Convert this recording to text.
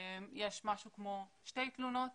יש משהו כמו שתי תלונות